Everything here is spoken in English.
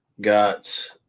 got